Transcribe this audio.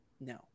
No